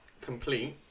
complete